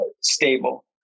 stable